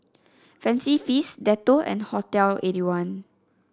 Fancy Feast Dettol and Hotel Eighty one